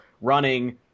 running